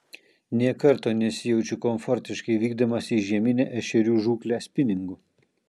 nė karto nesijaučiu komfortiškai vykdamas į žieminę ešerių žūklę spiningu